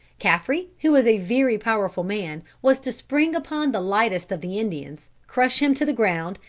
caffre, who was a very powerful man, was to spring upon the lightest of the indians, crush him to the ground,